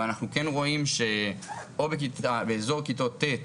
אבל אנחנו כן רואים שבאזור כיתות ט',